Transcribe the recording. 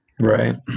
Right